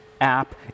app